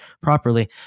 properly